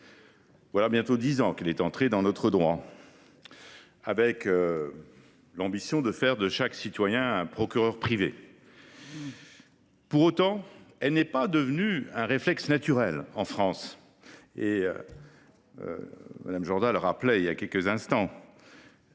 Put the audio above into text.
Voilà bientôt dix ans qu’elle est entrée dans notre droit, et avec elle l’ambition de faire de chaque citoyen un procureur privé. Pour autant, elle n’est pas devenue un réflexe naturel en France,